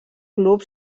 club